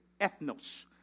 ethnos